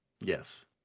Yes